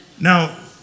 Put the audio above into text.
Now